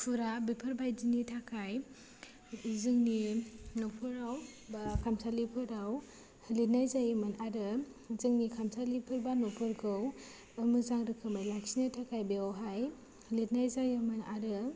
खुरा बेफोरबायदिनि थाखाय जोंनि न'खराव बा खामसालिफोराव लिरनाय जायोमोन आरो जोंनि खामसालिफोरबा न'फोरखौ मोजां रोखोमै लाखिनो थाखाय बेवहाय लिरनाय जायोमोन आरो